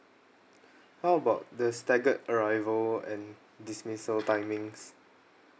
how about the staggered arrival and dismissal timings